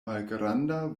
malgranda